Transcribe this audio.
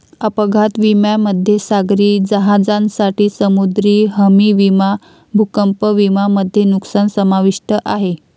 अपघात विम्यामध्ये सागरी जहाजांसाठी समुद्री हमी विमा भूकंप विमा मध्ये नुकसान समाविष्ट आहे